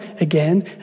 again